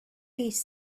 piece